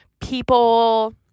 people